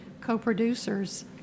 co-producers